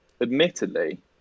admittedly